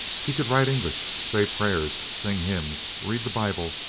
he could write english, say prayers, sing hymns, read the bible,